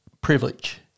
privilege